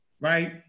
right